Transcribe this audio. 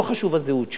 לא חשוב הזהות שלך,